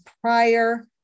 prior